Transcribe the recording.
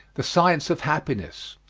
the science of happiness,